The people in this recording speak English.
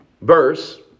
verse